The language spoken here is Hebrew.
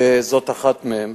וזאת אחת מהן,